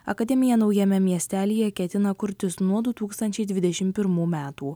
akademija naujame miestelyje ketina kurtis nuo du tūkstančiai dvidešimt pirmų metų